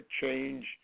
change